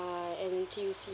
uh N_T_U_C